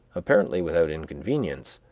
apparently without inconvenience,